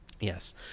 Yes